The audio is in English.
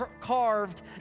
carved